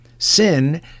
Sin